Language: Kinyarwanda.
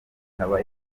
ikaba